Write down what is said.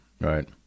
Right